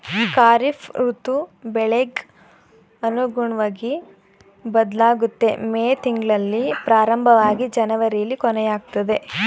ಖಾರಿಫ್ ಋತು ಬೆಳೆಗ್ ಅನುಗುಣ್ವಗಿ ಬದ್ಲಾಗುತ್ತೆ ಮೇ ತಿಂಗ್ಳಲ್ಲಿ ಪ್ರಾರಂಭವಾಗಿ ಜನವರಿಲಿ ಕೊನೆಯಾಗ್ತದೆ